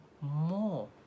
more